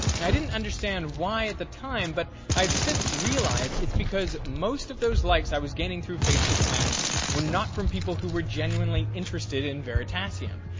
and i didn't understand why at the time, but i have since realized it's because most of those likes i was gaining through facebook ads were not from people who were genuinely interested in veritasium.